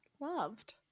Loved